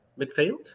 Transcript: midfield